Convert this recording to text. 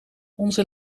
onze